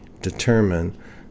determine